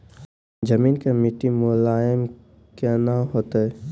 जमीन के मिट्टी मुलायम केना होतै?